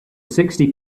sixty